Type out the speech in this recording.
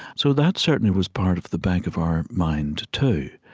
so that certainly was part of the back of our mind, too,